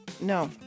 No